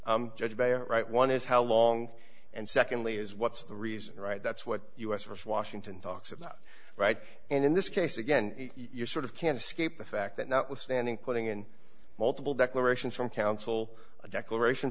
right one is how long and secondly is what's the reason right that's what us st washington talks about right and in this case again you sort of can't escape the fact that notwithstanding putting in multiple declarations from counsel declaration